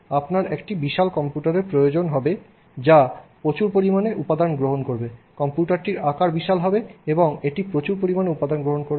আপনার একটি বিশাল কম্পিউটারের প্রয়োজন হবে যা প্রচুর পরিমাণে উপাদান গ্রহণ করবে কম্পিউটারটির আকার বিশাল হবে এবং এটি প্রচুর পরিমাণে উপাদান গ্রহণ করবে